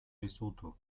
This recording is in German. lesotho